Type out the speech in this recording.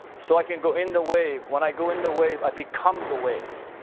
so i can go in the wave. when i go in the wave, i become the wave.